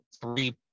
three